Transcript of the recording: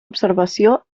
observació